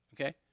okay